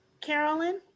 Carolyn